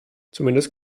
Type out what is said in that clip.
zumindest